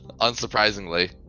unsurprisingly